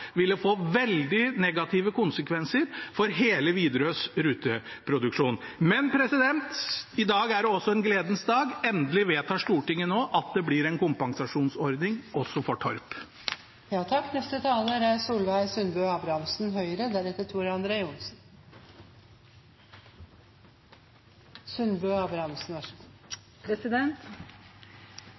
ville få veldig negative konsekvenser for hele Widerøes ruteproduksjon. Men i dag er også en gledens dag: Endelig vedtar Stortinget at det blir en kompensasjonsordning også for Torp. I 1952 fatta Stortinget vedtak om å byggje ein militær flyplass på Torp, så det er